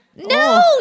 No